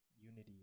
unity